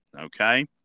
Okay